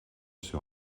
sur